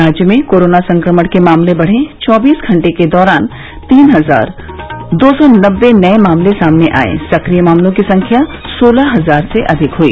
राज्य में कोरोना संक्रमण के मामले बढ़े चौबीस घंटे के दौरान तीन हजार दो सौ नब्बे नये मामले सामने आये सक्रिय मामलों की संख्या सोलह हजार से अधिक हुई